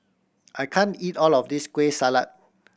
I can't eat all of this Kueh Salat